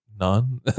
None